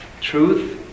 Truth